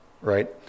right